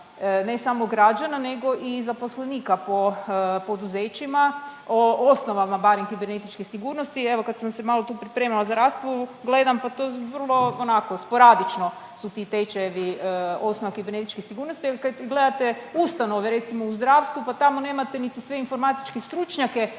ne samo građana nego i zaposlenika po poduzećima o osnovama barem kibernetičke sigurnosti? Evo kad sam se tu malo pripremala za raspravu gledam pa to vrlo onako sporadično su ti tečajevi osnova kiberneričke sigurnosti, a kad gledate ustanove recimo u zdravstvu pa tamo nemate niti sve informatičke stručnjake